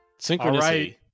Synchronicity